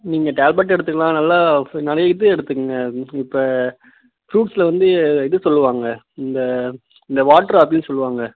நீங்கள் டேப்லெட் எடுத்துக்கலாம் நல்லா நிறைய இது எடுத்துக்கங்க இப்போ ஃப்ரூட்ஸில் வந்து இது சொல்வாங்க இந்த இந்த வாட்டர் ஆப்பிள்னு சொல்வாங்க